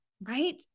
right